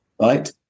Right